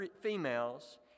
females